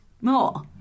more